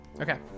Okay